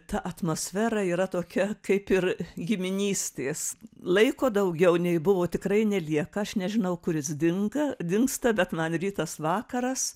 ta atmosfera yra tokia kaip ir giminystės laiko daugiau nei buvo tikrai nelieka aš nežinau kuris jis dinga dingsta bet man rytas vakaras